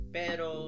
pero